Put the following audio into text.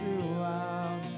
throughout